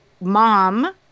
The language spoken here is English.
mom